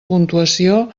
puntuació